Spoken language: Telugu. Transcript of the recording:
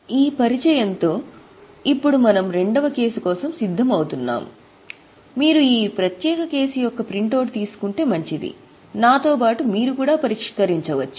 కాబట్టి ఈ పరిచయంతో ఇప్పుడు మనము రెండవ కేసు కోసం సిద్ధం అవుతున్నాము మీరు ఈ ప్రత్యేక కేసు యొక్క ప్రింటౌట్ తీసుకుంటే మంచిది నాతో బాటు మీరు కూడా పరిష్కరించవచ్చు